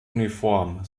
uniform